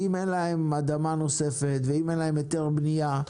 אם אין להם אדמה נוספת ואם אין להם היתר בנייה,